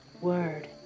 Word